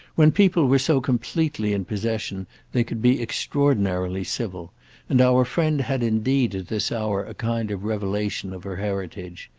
when people were so completely in possession they could be extraordinarily civil and our friend had indeed at this hour a kind of revelation of her heritage.